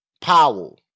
Powell